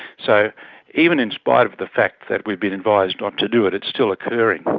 so even in spite of the fact that we've been advised not to do it, it's still occurring.